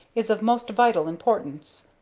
is of most vital importance.